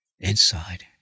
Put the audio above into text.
Inside